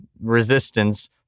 resistance